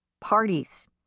parties